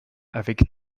avec